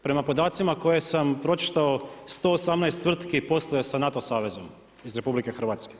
Prema podacima koje sam pročitao 118 tvrtki posluje sa NATO savezom iz RH.